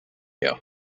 you